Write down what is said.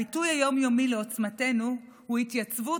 הביטוי היום-יומי לעוצמתנו הוא התייצבות